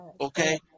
Okay